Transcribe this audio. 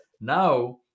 Now